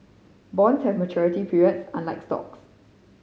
bonds have a maturity period unlike stocks